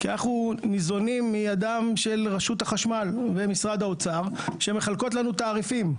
כי אנחנו ניזונים מידם של רשות החשמל ומשרד האוצר שמחלקות לנו תעריפים.